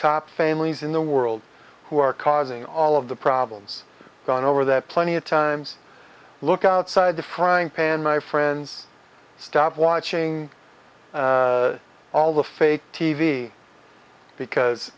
top families in the world who are causing all of the problems gone over that plenty of times look outside the frying pan my friends stop watching all the fake t v because